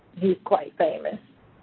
he's quite famous.